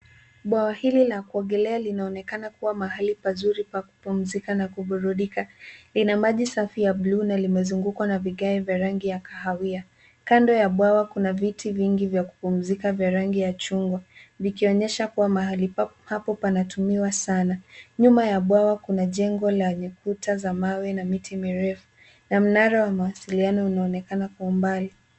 Bwawa hili la kuogelea linaonekana kuwa mahali pazuri pa kupumzika na kuburudika. Lina maji safi ya bluu na limezungukwa na vigae vya rangi ya kahawia. Kando ya bwawa kuna viti vingi vya kupumzika vya rangi ya chungwa, vikionyesha kuwa mahali hapo panatumiwa sana . Nyuma ya bwawa kuna jengo lenye kuta za mawe na miti mirefu na mnara wa mawasiliano unaonekana kwa umbali.